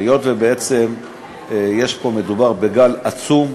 היות שבעצם פה מדובר בגל עצום,